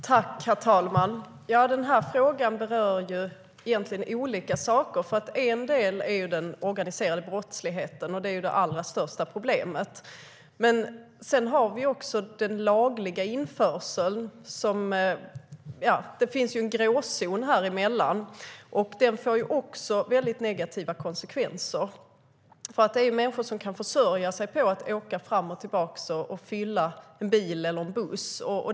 Herr talman! Den här frågan berör egentligen olika saker. En del är den organiserade brottsligheten, som är det allra största problemet. Sedan har vi den lagliga införseln. Det finns en gråzon däremellan som får väldigt negativa konsekvenser. Människor kan försörja sig på att åka fram och tillbaka och fylla en bil eller en buss.